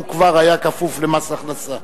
הוא כבר היה כפוף למס הכנסה.